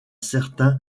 certain